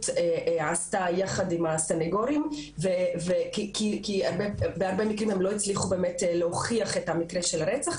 עשתה יחד עם הסנגורים כי בהרבה מקרים הם לא הצליחו להוכיח את מקרה הרצח.